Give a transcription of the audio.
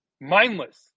Mindless